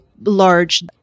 large